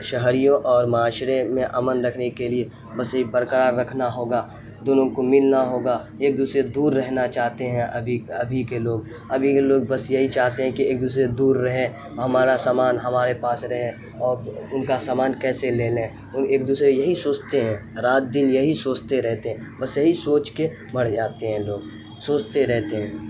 شہریوں اور معاشرے میں امن رکھنے کے لیے بس یہ برقرار رکھنا ہوگا دونوں کو ملنا ہوگا ایک دوسرے دور رہنا چاہتے ہیں ابھی ابھی کے لوگ ابھی لوگ بس یہی چاہتے ہیں کہ ایک دوسرے سے دور رہیں ہمارا سامان ہمارے پاس رہے اور ان کا سامان کیسے لے لیں ایک دوسرے یہی سوچتے ہیں رات دن یہی سوچتے رہتے ہیں بس یہی سوچ کے مڑ جاتے ہیں لوگ سوچتے رہتے ہیں